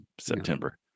September